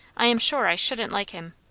i am sure i shouldn't like him.